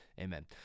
Amen